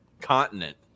continent